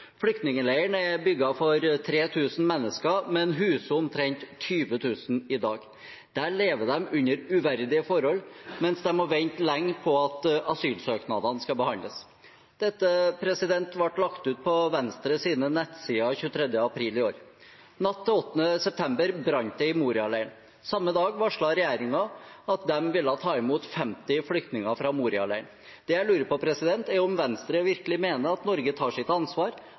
er bygget for 3 000 mennesker, men huser omtrent 20 000 i dag. Der lever de under uverdige forhold mens de må vente lenge på at asylsøknaden skal behandles.» Dette ble lagt ut på Venstres nettsider den 23. april i år. Natt til 8. september brant det i Moria-leiren. Samme dag varslet regjeringen at de ville ta imot 50 flyktninger fra Moria-leiren. Det jeg lurer på, er om Venstre virkelig mener at Norge tar sitt ansvar